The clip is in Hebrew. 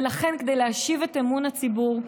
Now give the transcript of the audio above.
ולכן, כדי להשיב את אמון הציבור,